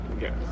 yes